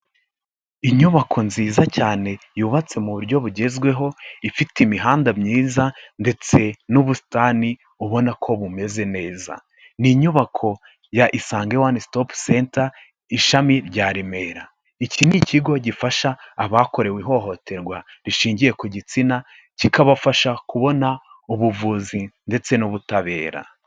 Inyubako nziza cyane yubatse mu buryo bugezweho, ifite imihanda myiza ndetse n'ubusitani ubona ko bumeze neza. Ni inyubako ya Isange one stop center, ishami rya Remera. Iki ni ikigo gifasha abakorewe ihohoterwa rishingiye ku gitsina, kikabafasha kubona ubuvuzi ndetse n'ubutabera.